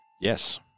Yes